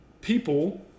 people